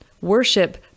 Worship